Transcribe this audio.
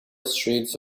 streets